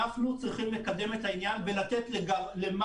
אנחנו צריכים לקדם את העניין ולתת למר